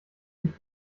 sich